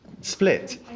split